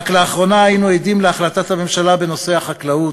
רק לאחרונה היינו עדים להחלטת הממשלה בנושא החקלאות,